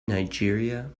nigeria